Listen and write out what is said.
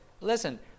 listen